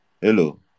Hello